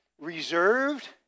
reserved